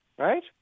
Right